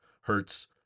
Hertz